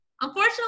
unfortunately